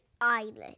island